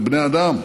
אלה בני אדם.